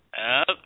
Up